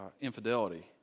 infidelity